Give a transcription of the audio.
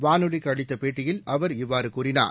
வானொலிக்கு அளித்த பேட்டியில் அவர் இவ்வாறு கூறினார்